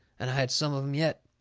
and i had some of em yet.